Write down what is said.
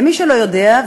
למי שלא יודע,